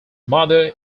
mother